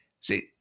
See